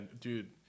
dude